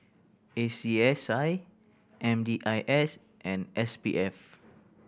A C S I M D I S and S P F